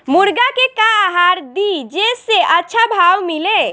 मुर्गा के का आहार दी जे से अच्छा भाव मिले?